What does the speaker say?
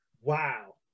Wow